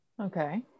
Okay